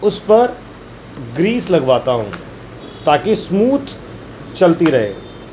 اس پر گریس لگواتا ہوں تاکہ اسموتھ چلتی رہے